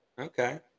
Okay